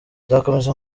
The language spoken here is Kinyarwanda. nzakomeza